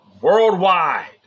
Worldwide